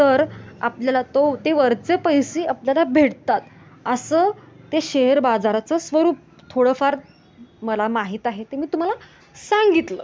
तर आपल्याला तो ते वरचे पैसे आपल्याला भेटतात असं ते शेअर बाजाराचं स्वरूप थोडंफार मला माहीत आहे ते मी तुम्हाला सांगितलं